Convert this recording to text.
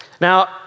Now